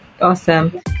Awesome